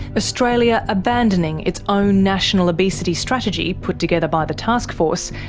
australia abandoning its own national obesity strategy, put together by the taskforce,